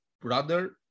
Brother